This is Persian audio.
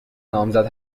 نامزد